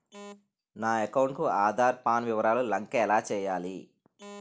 నా అకౌంట్ కు ఆధార్, పాన్ వివరాలు లంకె ఎలా చేయాలి?